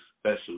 special